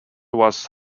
was